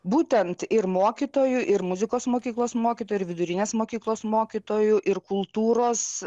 būtent ir mokytojų ir muzikos mokyklos mokytojų ir vidurinės mokyklos mokytojų ir kultūros